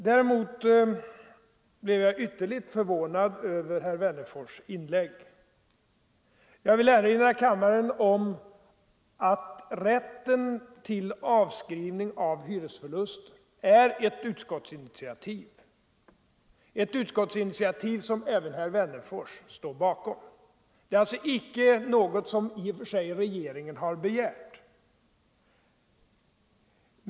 Däremot blev jag ytterligt förvånad över herr Wennerfors” inlägg. Jag vill erinra kammaren om att rätten till avskrivning av hyresförluster är ett utskottsinitiativ, som även herr Wennerfors står bakom. Det är alltså i och för sig icke något som regeringen har begärt.